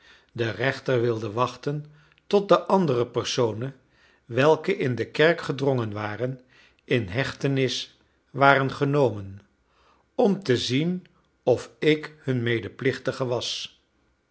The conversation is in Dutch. de rechter wilde wachten tot de andere personen welke in de kerk gedrongen waren in hechtenis waren genomen om te zien of ik hun medeplichtige was